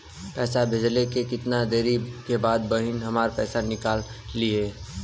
पैसा भेजले के कितना देरी के बाद बहिन हमार पैसा निकाल लिहे?